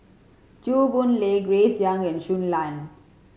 Chew Boon Lay Grace Young and Shui Lan